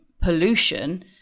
pollution